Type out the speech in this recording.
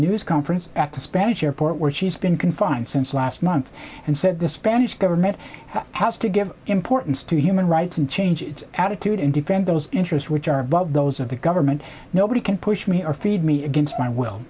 news conference at the spanish airport where she's been confined since last month and said the spanish government has to give importance to human rights and change its attitude and defend those interests which are above those of the government nobody can push me or feed me against my will